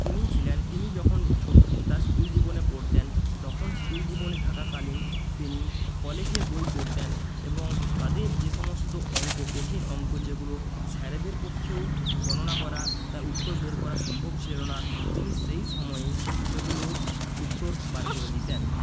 তিনিই ছিলেন তিনি যখন ছোটো তার স্কুল জীবনে পড়তেন তখন স্কুল জীবনে থাকাকালীন তিনি কলেজের বই পড়তেন এবং তাদের যে সমস্ত অঙ্ক কঠিন অঙ্ক যেগুলো স্যারেদের পক্ষেও গণনা করা তার উত্তর বের করা সম্ভব ছিল না তিনি সেই সময়ে সেগুলোর উত্তর বার করে দিতেন